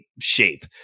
shape